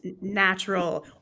natural